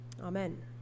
Amen